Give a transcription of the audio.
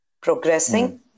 progressing